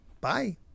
bye